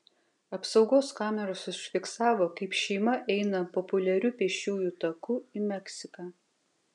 apsaugos kameros užfiksavo kaip šeima eina populiariu pėsčiųjų taku į meksiką